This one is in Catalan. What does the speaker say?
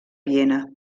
viena